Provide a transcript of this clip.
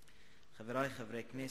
חברי חברי הכנסת,